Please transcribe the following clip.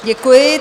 Děkuji.